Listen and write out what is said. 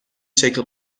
شکل